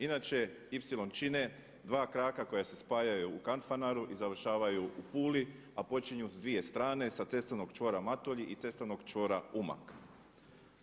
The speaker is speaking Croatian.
Inače, ipsilon čine dva kraka koja se spajaju u Kanfanaru i završavaju u Puli, a počinju s dvije strane sa cestovnog čvora Matulji i cestovnog čvora Umag.